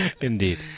Indeed